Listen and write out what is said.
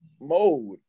mode